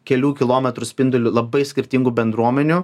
kelių kilometrų spinduliu labai skirtingų bendruomenių